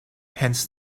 hence